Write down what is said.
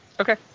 Okay